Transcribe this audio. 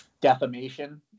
defamation